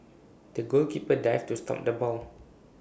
the goalkeeper dived to stop the ball